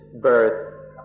birth